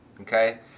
Okay